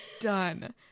Done